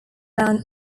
round